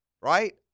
right